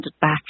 back